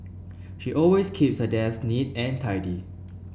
she always keeps her desk neat and tidy